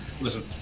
listen